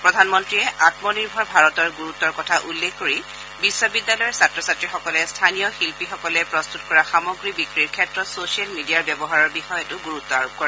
প্ৰধানমন্ত্ৰীয়ে আমনিৰ্ভৰ ভাৰতৰ গুৰুত্বৰ কথা উল্লেখ কৰি বিশ্ববিদ্যালয়ৰ ছাত্ৰ ছাত্ৰীসকলে স্থানীয় শিল্পীসকলে প্ৰস্তুত কৰা সামগ্ৰী বিক্ৰীৰ ক্ষেত্ৰত ছচিয়েল মিডিয়াৰ ব্যৱহাৰৰ বিষয়তো গুৰুত্ব আৰোপ কৰে